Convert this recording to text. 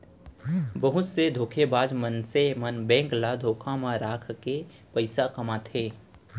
बहुत से धोखेबाज मनसे मन बेंक ल धोखा म राखके पइसा कमाथे